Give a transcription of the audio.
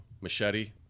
machete